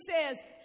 says